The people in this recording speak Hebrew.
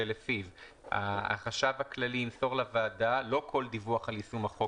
שלפיו החשב הכללי לא ימסור לוועדה כל דיווח על יישום החוק,